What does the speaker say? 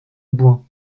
bouin